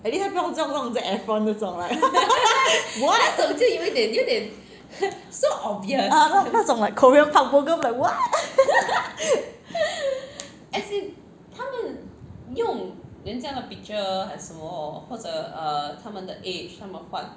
at least 他没有用 zac efron 这种 right like 那种 korean park bo gum like what